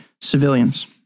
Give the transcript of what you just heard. civilians